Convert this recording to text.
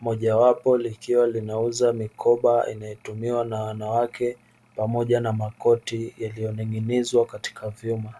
moja wapo likiwa linauza mikoba inayotumiwa na wanawake pamoja na makoti yaliyoning'inizwa katika vyuma.